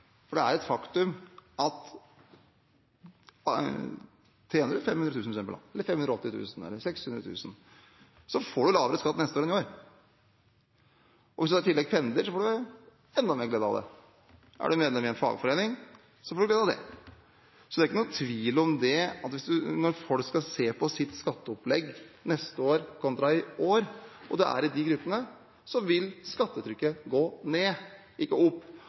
Det er et faktum at tjener man f.eks. 500 000 kr, 580 000 kr eller 600 000 kr, får man lavere skatt neste år enn i år. Hvis man i tillegg pendler, får man enda mer glede av det. Er man medlem i en fagforening, får man glede av det. Det er ikke noen tvil om at når folk skal se på sitt skatteopplegg neste år kontra i år, og de er i de gruppene, så vil skattetrykket gå ned, ikke opp.